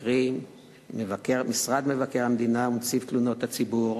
קרי, משרד מבקר המדינה ונציב תלונות הציבור,